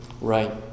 Right